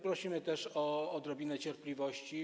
Prosimy też o odrobinę cierpliwości.